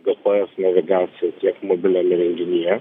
gps navigacija tiek mobiliam įrenginyje